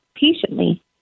patiently